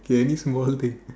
okay any small thing